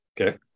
Okay